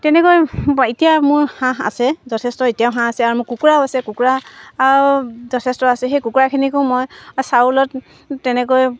তেনেকৈ এতিয়া মোৰ হাঁহ আছে যথেষ্ট এতিয়াও হাঁহ আছে আৰু মোৰ কুকুৰাও আছে কুকুৰা যথেষ্ট আছে সেই কুকুৰাখিনিকো মই চাউলত তেনেকৈ